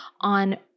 on